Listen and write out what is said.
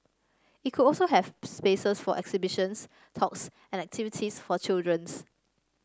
it could also have spaces for exhibitions talks and activities for children